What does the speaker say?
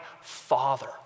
Father